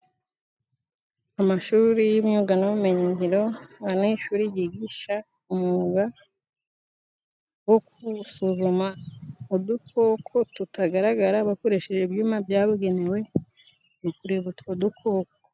Amashuri y'imyuga n'ubumenyiyingiro, aha ni ishuri yigisha umwuga wo kuwusuzuma udukoko tutagaragara, bakoresheje ibyuma byabugenewe mu kureba utwo dukoko.